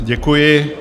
Děkuji.